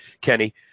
Kenny